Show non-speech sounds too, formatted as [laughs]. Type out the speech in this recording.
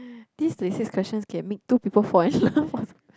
these thirty six questions can make two people fall in love [laughs]